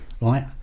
right